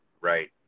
Right